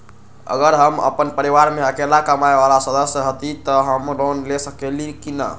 अगर हम अपन परिवार में अकेला कमाये वाला सदस्य हती त हम लोन ले सकेली की न?